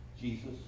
Jesus